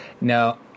Now